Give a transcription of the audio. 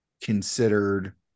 considered